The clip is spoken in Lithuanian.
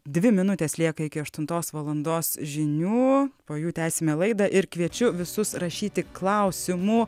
dvi minutės lieka iki aštuntos valandos žinių po jų tęsime laidą ir kviečiu visus rašyti klausimų